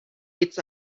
its